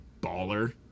baller